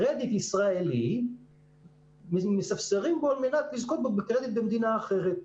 מספסרים בקרדיט ישראלי על מנת לזכות בקרדיט במדינה אחרת.